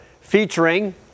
featuring